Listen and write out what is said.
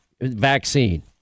vaccine